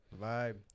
vibe